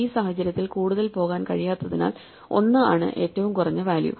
ഈ സാഹചര്യത്തിൽ കൂടുതൽ പോകാൻ കഴിയാത്തതിനാൽ ഒന്ന് ആണ് ഏറ്റവും കുറഞ്ഞ വാല്യൂ